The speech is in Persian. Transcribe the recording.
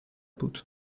بود